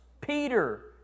Peter